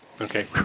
Okay